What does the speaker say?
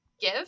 give